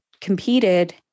competed